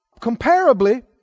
comparably